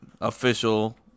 official